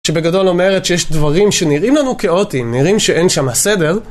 שבגדול אומרת שיש דברים שנראים לנו כאוטיים, נראים שאין שמה סדר.